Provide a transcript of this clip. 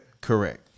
Correct